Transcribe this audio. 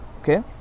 Okay